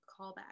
callback